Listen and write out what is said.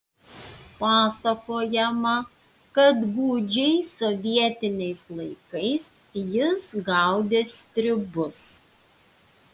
pasakojama kad gūdžiais sovietiniais laikais jis gaudė stribus